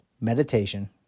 meditation